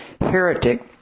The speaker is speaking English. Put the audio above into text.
heretic